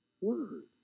word